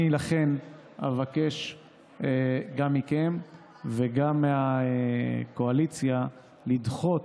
לכן אבקש גם מכם וגם מהקואליציה לדחות